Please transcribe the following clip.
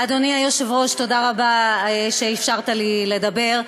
אדוני היושב-ראש, תודה רבה שאפשרת לי לדבר.